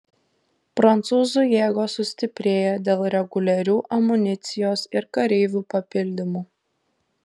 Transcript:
prancūzų jėgos sustiprėja dėl reguliarių amunicijos ir kareivių papildymų